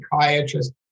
psychiatrist